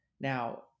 Now